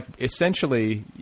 Essentially